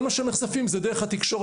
כל מה שהם נחשפים אליו הוא דרך התקשורת